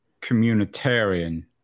communitarian